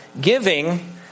giving